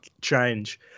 change